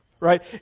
Right